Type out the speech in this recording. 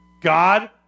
God